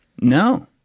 no